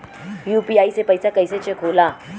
UPI से पैसा कैसे चेक होला?